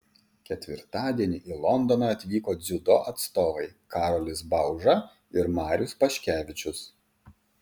ketvirtadienį į londoną atvyko dziudo atstovai karolis bauža ir marius paškevičius